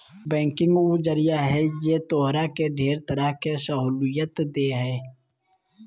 banking उ जरिया है जे तोहरा के ढेर तरह के सहूलियत देह हइ